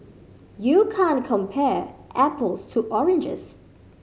you can't compare apples to oranges